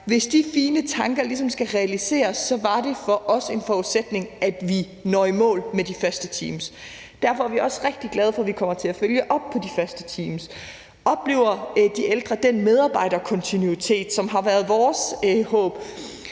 den her helhedspleje skal realiseres, var det for os en forudsætning, at vi når i mål med de faste teams. Derfor er vi også rigtig glade for, at vi kommer til at følge op på de faste teams og på, om de ældre oplever den medarbejderkontinuitet, som det har været vores håb.